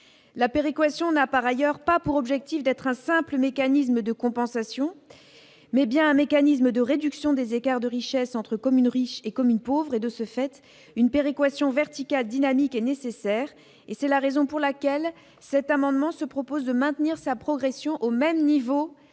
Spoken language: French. la péréquation n'a par ailleurs pas pour objectif d'être un simple mécanisme de compensation, mais bien un mécanisme de réduction des écarts de richesse entre communes riches et communes pauvres et de ce fait une péréquation verticale dynamique est nécessaire et c'est la raison pour laquelle cet amendement se propose de maintenir sa progression au même niveau